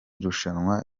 rushanwa